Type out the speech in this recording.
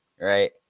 right